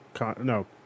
No